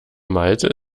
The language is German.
malte